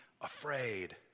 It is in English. afraid